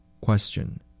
Question